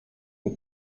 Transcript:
for